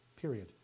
period